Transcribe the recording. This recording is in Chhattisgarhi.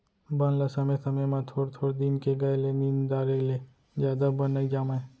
बन ल समे समे म थोर थोर दिन के गए ले निंद डारे ले जादा बन नइ जामय